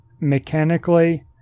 Mechanically